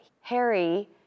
Harry